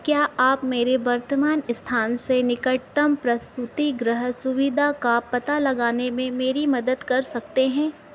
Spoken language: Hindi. क्या आप मेरे वर्तमान अस्थान से निकटतम प्रसूति गृह सुविधा का पता लगाने में मेरी मदद कर सकते हैं